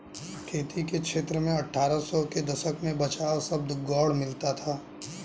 खेती के क्षेत्र में अट्ठारह सौ के दशक में बचाव शब्द गौण मिलता है